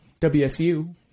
WSU